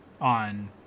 on